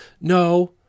No